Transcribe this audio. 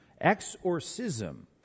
Exorcism